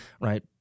right